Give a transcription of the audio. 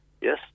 yes